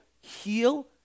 heal